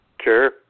Sure